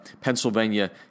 Pennsylvania